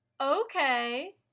Okay